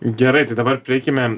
gerai tai dabar prieikime